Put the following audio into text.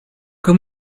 can